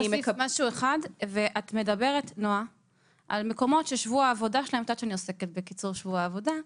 נועה, את יודעת שאני עוסקת בקיצור שבוע העבודה,